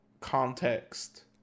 context